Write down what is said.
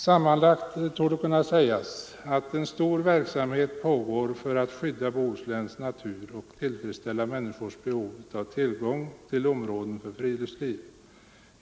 Sammanlagt torde kunna sägas att en stor verksamhet pågår för att skydda Bohusläns natur och tillfredsställa människans behov av tillgång till områden för friluftsliv.